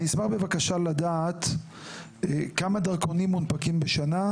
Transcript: אני מבקש לדעת איפה זה נופל בדרך,